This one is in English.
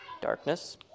darkness